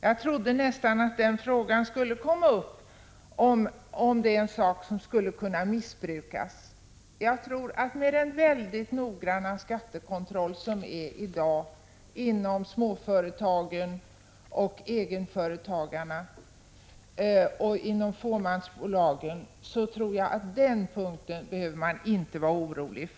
Jag trodde nästan att frågan om huruvida egenföretagarnas resor kan missbrukas skulle komma upp. Med den mycket noggranna skattekontroll som vi har i dag när det gäller småföretag, egenföretagare och fåmansbolag tror jag inte att man behöver vara orolig.